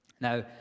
Now